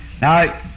Now